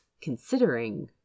considering